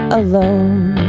alone